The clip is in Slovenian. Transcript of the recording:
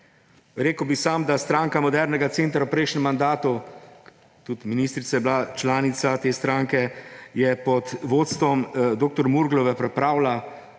Rekel bi samo, da je Stranka modernega centra v prejšnjem mandatu ‒ tudi ministrica je bila članica te stranke ‒ pod vodstvom dr. Murglove pripravila